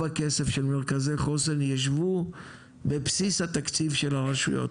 הכסף של מרכזי חוסן ישבו בבסיס התקציב של הרשויות.